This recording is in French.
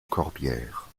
corbières